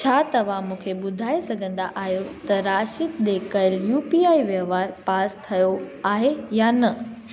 छा तव्हां मूंखे ॿुधाए सघंदा आहियो त राशिद ॾिए कयल यू पी आई वहिंवार पास थियो आहे या न